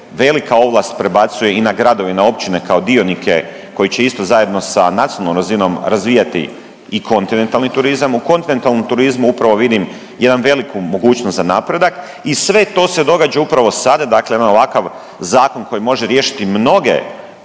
velika ovlast prebacuje i na gradove i na općine kao dionike koji će isto zajedno sa nacionalnom razinom razvijati i kontinentalni turizam. U kontinentalnom turizmu upravo vidim jednu veliku mogućnost za napredak i sve to se događa upravo sada, dakle jedan ovakav zakon koji može riješiti mnoge